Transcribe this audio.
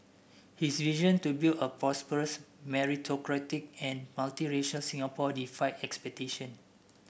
his vision to build a prosperous meritocratic and multi nation Singapore defied expectation